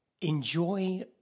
enjoy